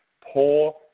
poor